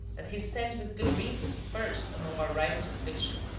that he stands with good reason first among our writers of fiction,